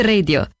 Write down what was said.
Radio